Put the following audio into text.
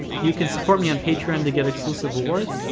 you can support me on patreon to get exclusive rewards.